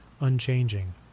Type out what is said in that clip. unchanging